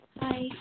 Hi